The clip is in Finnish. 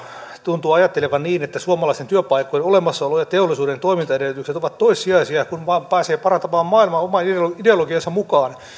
tuntuu ajattelevan niin että suomalaisten työpaikkojen olemassaolo ja teollisuuden toimintaedellytykset ovat toissijaisia kun vain pääsee parantamaan maailmaa oman ideologiansa mukaan